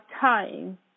time